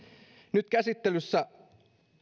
nyt käsittelyssä